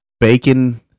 bacon